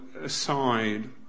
aside